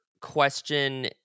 question